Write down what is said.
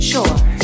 Sure